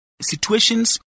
situations